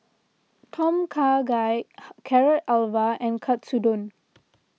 Tom Kha Gai Carrot Halwa and Katsudon